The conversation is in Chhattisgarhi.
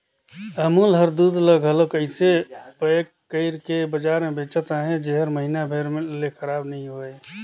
अमूल हर दूद ल घलो अइसे पएक कइर के बजार में बेंचत अहे जेहर महिना भेर ले खराब नी होए